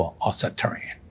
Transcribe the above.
authoritarian